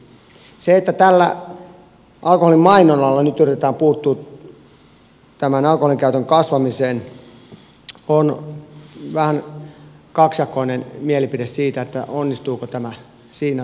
siitä että tällä alkoholin mainonnalla nyt yritetään puuttua tämän alkoholinkäytön kasvamiseen on vähän kaksijakoinen mielipide onnistuuko tämä siinä tavoitteessaan